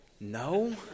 No